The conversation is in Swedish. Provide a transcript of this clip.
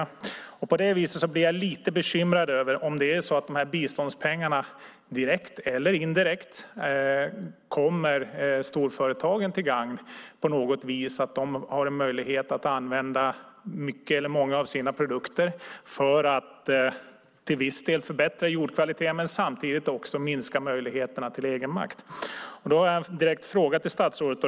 På det viset blir jag lite bekymrad om det är så att biståndspengarna direkt eller indirekt kommer storföretagen till gagn på något vis, att de har möjlighet att använda många av sina produkter för att till viss del förbättra jordkvaliteten men samtidigt minska möjligheterna till egenmakt. Jag har en direkt fråga till statsrådet.